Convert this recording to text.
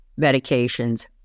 medications